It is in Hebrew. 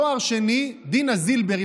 על תואר שני דינה זילבר,